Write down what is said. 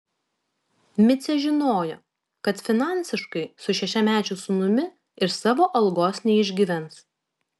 micė žinojo kad finansiškai su šešiamečiu sūnumi iš savo algos neišgyvens